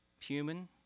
human